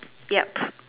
yup